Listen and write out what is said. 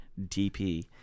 dp